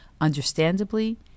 Understandably